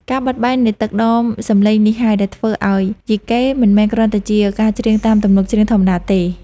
ការបត់បែននៃទឹកដមសំឡេងនេះហើយ ដែលធ្វើឱ្យយីកេមិនមែនគ្រាន់តែជាការច្រៀងតាមទំនុកច្រៀងធម្មតាទេ។